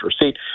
receipt